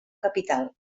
capital